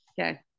Okay